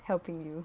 helping you